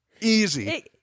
Easy